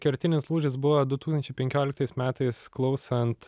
kertinis lūžis buvo du tūkstančiai penkioliktais metais klausant